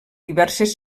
diverses